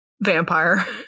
Vampire